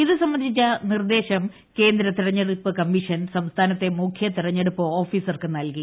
ഇത് സ്ബ്ന്ധിച്ച നിർദ്ദേശം കേന്ദ്ര തെരഞ്ഞെടുപ്പ് കമ്മീഷൻ സംസ്ഥാനത്തെ മുഖ്യ തെരഞ്ഞെടുപ്പ് ഓഫീസർക്ക് നൽകി